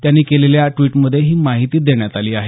त्यांनी केलेल्या ड्वीटमध्ये ही माहिती देण्यात आली आहे